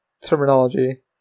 terminology